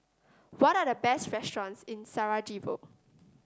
what are the best restaurants in Sarajevo